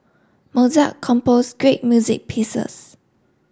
Mozart composed great music pieces